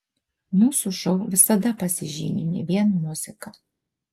mūsų šou visada pasižymi ne vien muzika